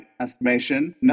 estimation